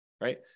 Right